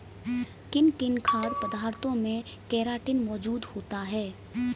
किन किन खाद्य पदार्थों में केराटिन मोजूद होता है?